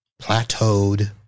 plateaued